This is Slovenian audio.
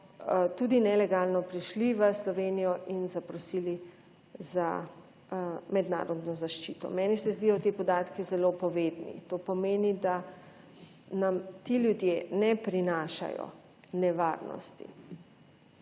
tudi nelegalno prišli v Slovenijo in zaprosili za mednarodno zaščito. Meni se zdijo ti podatki zelo povedni, to pomeni, da nam ti ljudje ne prinašajo nevarnosti,